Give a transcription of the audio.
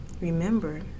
remember